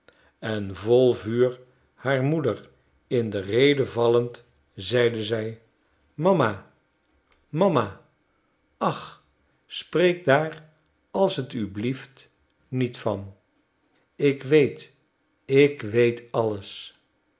en vol vuur haar moeder in de rede vallend zeide zij mama mama ach spreek daar als het u blieft niet van ik weet ik weet alles